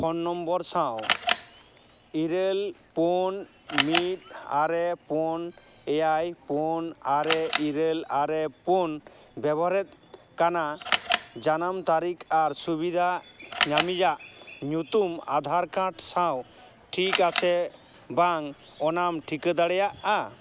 phone number ᱥᱟᱶ ᱤᱨᱟᱹᱞ ᱯᱩᱱ ᱢᱤᱫ ᱟᱨᱮ ᱯᱩᱱ ᱮᱭᱟᱭ ᱯᱩᱱ ᱟᱨᱮ ᱤᱨᱟᱹᱞ ᱟᱨᱮ ᱯᱩᱱ ᱵᱮᱵᱚᱦᱟᱨᱮᱫ ᱠᱟᱱᱟ ᱡᱟᱱᱟᱢ ᱛᱟᱹᱨᱤᱠᱷ ᱟᱨ ᱥᱩᱵᱤᱫᱷᱟ ᱧᱟᱢᱤᱡᱟᱜ ᱧᱩᱛᱩᱢ ᱟᱫᱷᱟᱨ ᱠᱟᱨᱰ ᱥᱟᱶ ᱴᱷᱤᱠᱟᱥᱮ ᱵᱟᱝ ᱚᱱᱟᱢ ᱴᱷᱤᱠᱟᱹ ᱫᱟᱲᱮᱭᱟᱜᱼᱟ